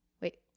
Wait